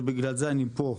ובגלל זה אני פה,